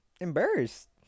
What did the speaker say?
embarrassed